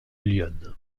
lyonne